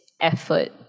effort